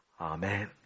Amen